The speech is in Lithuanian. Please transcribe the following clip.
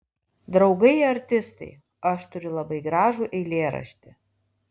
draugai artistai aš turiu labai gražų eilėraštį